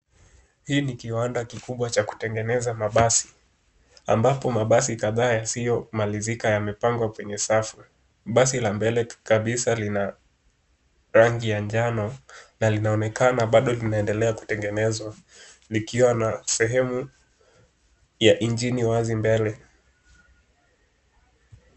Hii ni kiwanda kikubwa cha kutengeneza mabasi ambapo mabasi kadhaa yasiyo malizika yamepangwa kwenye safu. Basi la mbele kabisa lina rangi ya njano na linaonekana bado linaendelea kutengenezwa likiwa na sehemu ya engine wazi mbele.